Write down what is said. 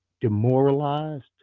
demoralized